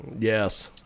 Yes